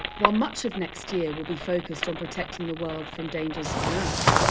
while much of next year will be focused on protecting the world, from dangers on earth,